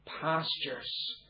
pastures